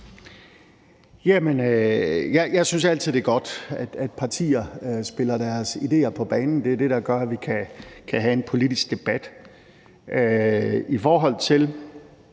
jeg synes altid, det er godt, at partier spiller deres idéer på banen. Det er det, der gør, at vi kan have en politisk debat. I forhold til